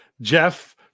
Jeff